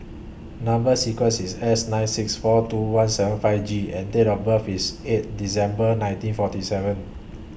Number sequence IS S nine six four two one seven five G and Date of birth IS eight December nineteen forty seven